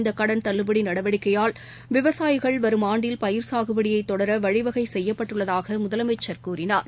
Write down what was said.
இந்த கடன் தள்ளுபடி நடவடிக்கையால் விவசாயிகள் வரும் ஆண்டில் பயிர் சாகுபடியை தொடர வழிவகை செய்யப்பட்டுள்ளதாக முதலமைச்சர் கூறினார்